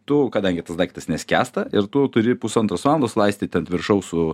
tu kadangi tas daiktas neskęsta ir tu turi pusantros valandos laistyti ant viršaus su